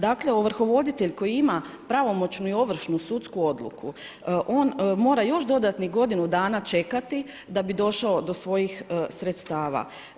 Dakle, ovrhovoditelj koji ima pravomoćnu i ovršnu sudsku odluku on mora još dodatnih godinu dana čekati da bi došao do svojih sredstava.